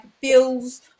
bills